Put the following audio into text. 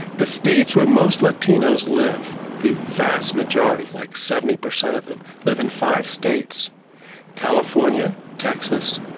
the states where most latinos live, the vast majority, like seventy percent of them, live in five states california, texas,